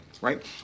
right